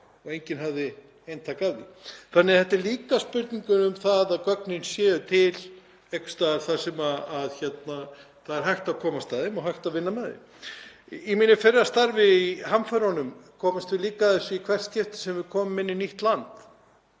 og enginn hafði eintak af þeim. Þannig að þetta er líka spurning um að gögnin séu til einhvers staðar þar sem hægt er að komast að þeim og hægt að vinna með þau. Í mínu fyrra starfi í hamförunum komumst við líka að þessu í hvert skipti sem við komum inn í nýtt land.